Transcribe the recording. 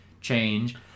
change